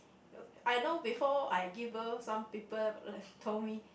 uh I know before I give birth some people uh told me